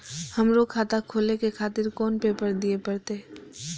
हमरो खाता खोले के खातिर कोन पेपर दीये परतें?